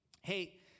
hey